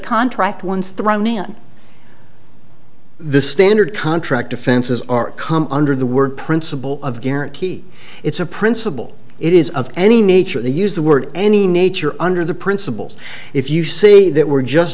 contract once the right man the standard contract offenses are come under the word principle of guarantee it's a principle it is of any nature they use the word any nature under the principles if you say that we're just